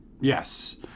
Yes